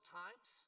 times